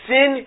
Sin